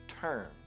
turn